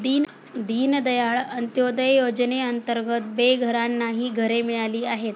दीनदयाळ अंत्योदय योजनेअंतर्गत बेघरांनाही घरे मिळाली आहेत